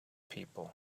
people